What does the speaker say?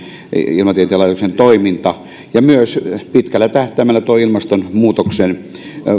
ilmatieteen laitoksen toiminta ja myös pitkällä tähtäimellä ilmastonmuutokseen